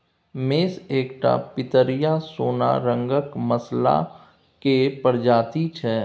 मेस एकटा पितरिया सोन रंगक मसल्ला केर प्रजाति छै